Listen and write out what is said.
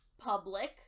public